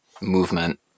movement